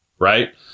right